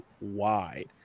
Wide